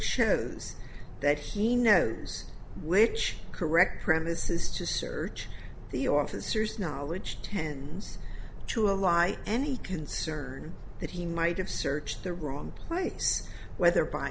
shows that he knows which correct premises to search the officers knowledge tends to ally any concern that he might have searched the wrong place whether b